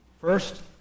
First